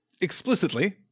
explicitly